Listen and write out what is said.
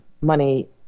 money